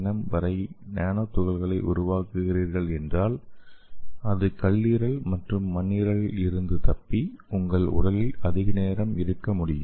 M வரை nano துகள்களை உருவாக்குகிறீர்கள் என்றால் அது கல்லீரல் மற்றும் மண்ணீரலில் இருந்து தப்பி உங்கள் உடலில் அதிக நேரம் இருக்க முடியும்